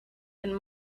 and